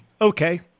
Okay